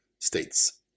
States